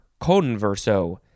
converso